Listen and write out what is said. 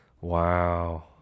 Wow